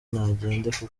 nagende